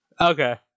Okay